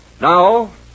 Now